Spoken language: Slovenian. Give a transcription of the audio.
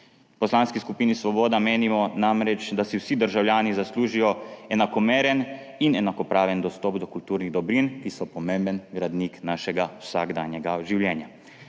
Poslanski skupini Svoboda menimo namreč, da si vsi državljani zaslužijo enakomeren in enakopraven dostop do kulturnih dobrin, ki so pomemben gradnik našega vsakdanjega življenja.